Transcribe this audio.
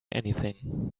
anything